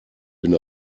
bin